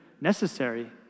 necessary